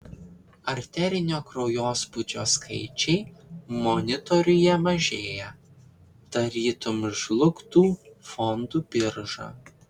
arterinio kraujospūdžio skaičiai monitoriuje mažėja tarytum žlugtų fondų birža